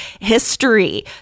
History